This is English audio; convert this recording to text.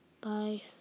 bye